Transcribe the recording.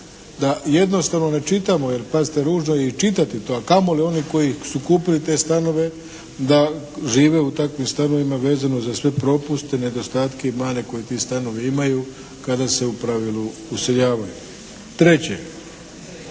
da jednostavno ne čitamo, jer pazite, ružno je i čitati to a kamo li oni koji su kupili te stanove da žive u takvim stanovima vezano za sve propuste, nedostatke i mane koje ti stanovi imaju kada se u pravilu useljavaju. Treće,